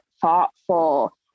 thoughtful